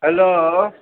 hello